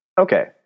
okay